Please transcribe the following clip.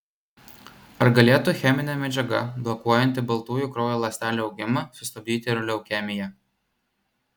ar galėtų cheminė medžiaga blokuojanti baltųjų kraujo ląstelių augimą sustabdyti ir leukemiją